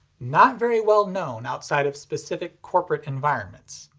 not very well known outside of specific corporate environments.